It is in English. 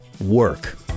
work